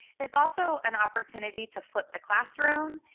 it is also an opportunity to flip the classroom,